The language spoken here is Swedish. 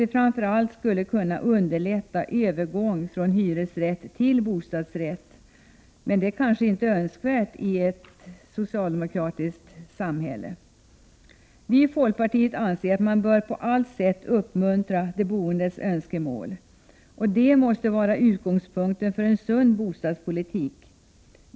Det skulle framför allt kunna underlätta en övergång från hyresrätt till bostadsrätt — men det kanske inte är önskvärt i ett socialdemokratiskt samhälle? Vii folkpartiet anser att de boendes önskemål på allt sätt bör uppmuntras. Det måste vara utgångspunkten för en sund bostadspolitik.